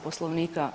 Poslovnika.